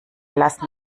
lassen